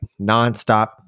nonstop